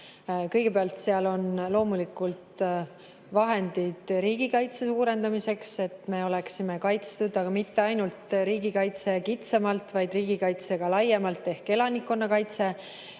Kõigepealt on seal loomulikult vahendid riigikaitse suurendamiseks, et me oleksime kaitstud. Ja mitte ainult riigikaitse kitsamalt, vaid riigikaitse laiemalt ehk ka elanikkonnakaitse,